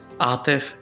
Atif